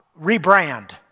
rebrand